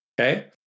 Okay